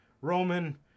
Roman